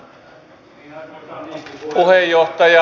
arvoisa puheenjohtaja